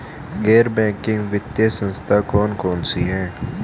गैर बैंकिंग वित्तीय संस्था कौन कौन सी हैं?